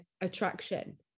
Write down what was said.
attraction